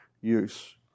use